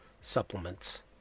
supplements